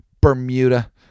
bermuda